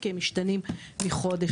כי הם משתנים מחודש לחודש.